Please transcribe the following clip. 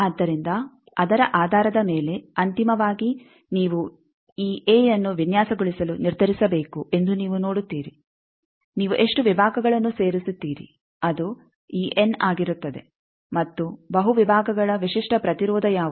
ಆದ್ದರಿಂದ ಅದರ ಆಧಾರದ ಮೇಲೆ ಅಂತಿಮವಾಗಿ ನೀವು ಈ ಎ ಅನ್ನು ವಿನ್ಯಾಸಗೊಳಿಸಲು ನಿರ್ಧರಿಸಬೇಕು ಎಂದು ನೀವು ನೋಡುತ್ತೀರಿ ನೀವು ಎಷ್ಟು ವಿಭಾಗಗಳನ್ನು ಸೇರಿಸುತ್ತೀರಿ ಅದು ಈ ಎನ್ ಆಗಿರುತ್ತದೆ ಮತ್ತು ಬಹು ವಿಭಾಗಗಳ ವಿಶಿಷ್ಟ ಪ್ರತಿರೋಧ ಯಾವುದು